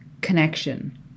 connection